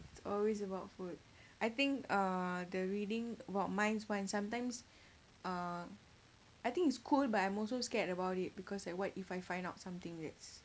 it's always about food I think uh the reading about minds one sometimes uh I think it's cool but I'm also scared about it because like what if I find out something that's